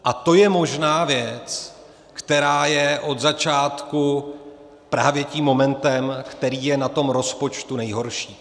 A to je možná věc, která je od začátku právě tím momentem, který je na tom rozpočtu nejhorší.